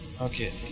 Okay